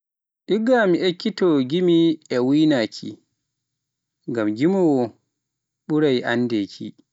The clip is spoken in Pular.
Igga mi ekkito gimi e wuykinaaki, ngam gimowoo ɓurai anndaki.